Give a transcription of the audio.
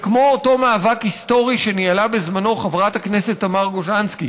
זה כמו אותו מאבק היסטורי שניהלה בזמנו חברת הכנסת תמר גוז'נסקי